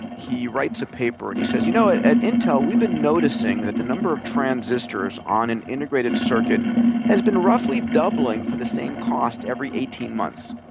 he writes a paper, and he says, you know, at at intel, we've been noticing that the number of transistors on an integrated circuit has been roughly doubling for the same cost every eighteen months.